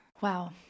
Wow